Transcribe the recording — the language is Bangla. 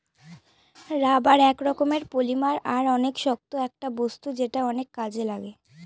রাবার এক রকমের পলিমার আর অনেক শক্ত একটা বস্তু যেটা অনেক কাজে লাগে